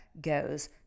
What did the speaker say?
goes